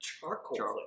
Charcoal